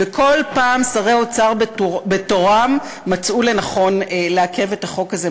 וכל פעם שרי האוצר בתורם מצאו לנכון לעכב את החוק הזה,